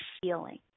feeling